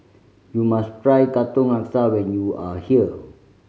you must try Katong Laksa when you are here